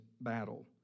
battle